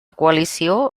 coalició